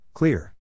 Clear